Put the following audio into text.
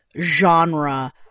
genre